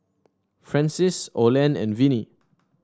Francis Olen and Vinnie